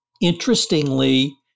Interestingly